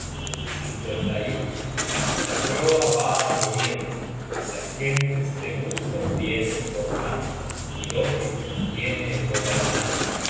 nagelfare queda suelto la proa va al oriente las gentes de muspel vienen por mar y loke tiene el gobernalle